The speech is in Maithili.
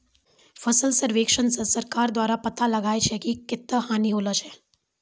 फसल सर्वेक्षण से सरकार द्वारा पाता लगाय छै कि कत्ता हानि होलो छै